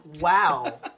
Wow